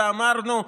ואמרנו: